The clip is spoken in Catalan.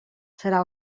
serà